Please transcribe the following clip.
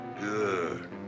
Good